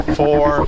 four